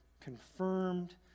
confirmed